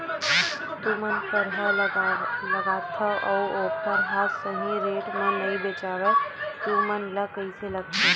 तू मन परहा लगाथव अउ ओखर हा सही रेट मा नई बेचवाए तू मन ला कइसे लगथे?